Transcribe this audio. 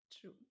true